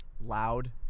loud